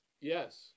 Yes